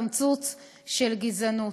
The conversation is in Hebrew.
קמצוץ של גזענות.